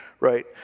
right